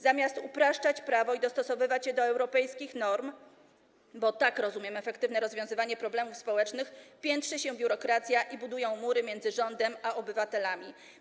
Zamiast upraszczać prawo i dostosowywać je do europejskich norm, bo tak rozumiem efektywne rozwiązywanie problemów społecznych, piętrzy się biurokracja i budują mury między rządem a obywatelami.